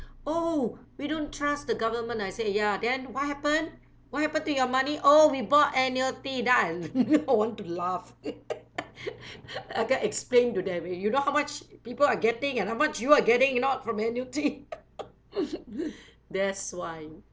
oh we don't trust the government I say ya then what happen what happen to your money oh we bought annuity then I want to laugh I can't explain to them you know how much people are getting and how much you are getting you know from annuity that's why